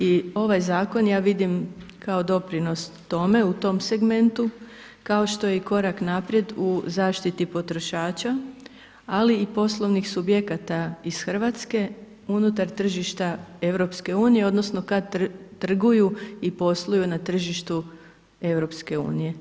I ovaj zakon ja vidim kao doprinos tome u tom segmentu, kao što je i korak naprijed u zaštiti potrošača, ali i poslovnih subjekata iz Hrvatske unutar tržišta EU odnosno kad trguju i posluju na tržištu EU.